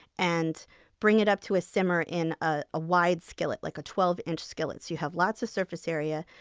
and bring it up to a simmer in ah a wide skillet, like a twelve inch skillet, so you have lots of surface area.